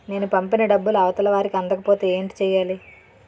నేను పంపిన డబ్బులు అవతల వారికి అందకపోతే ఏంటి చెయ్యాలి?